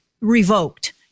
revoked